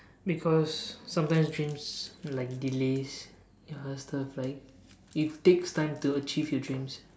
because sometimes dreams like delays you know stuff like it takes time to achieve your dreams